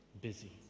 busy